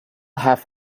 have